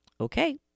okay